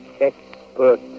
expert